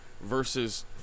versus